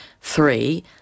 Three